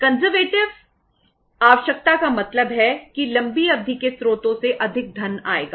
conservative आवश्यकता का मतलब है कि लंबी अवधि के स्रोतों से अधिक धन आएगा